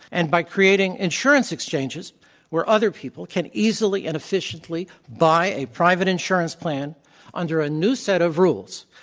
and by creating insurance exchanges where other people can easily and efficiently buy a private insurance plan under a new set of rules